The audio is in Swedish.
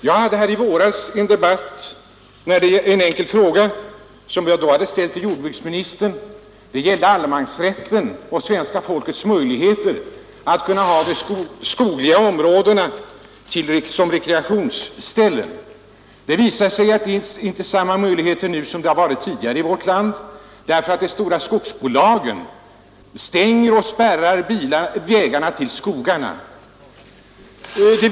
Jag hade i våras en debatt med anledning av en enkel fråga som jag hade ställt till jordbruksministern och som gällde allemansrätten och svenska folkets möjligheter att utnyttja de stora skogsområdena som rekreationskälla. Det visade sig att det inte finns samma möjligheter nu som tidigare i vårt land, eftersom skogsbolagen spärrar vägarna till skogarna.